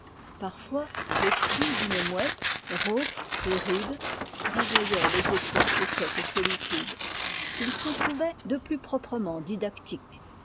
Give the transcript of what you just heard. parfois le cri d'une mouette rauque et rude réveillait les échos de cette solitude il s'en trouvait de plus proprement didactiques